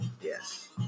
Yes